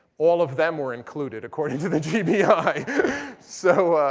all of them were included, according to the gbi. so